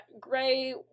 gray